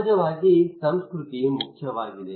ಸಹಜವಾಗಿ ಸಂಸ್ಕೃತಿ ಮುಖ್ಯವಾಗಿದೆ